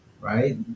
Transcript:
right